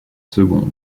seconde